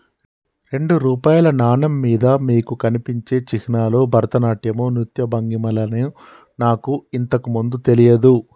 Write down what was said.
రెండు రూపాయల నాణెం మీద మీకు కనిపించే చిహ్నాలు భరతనాట్యం నృత్య భంగిమలని నాకు ఇంతకు ముందు తెలియదు